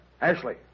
Ashley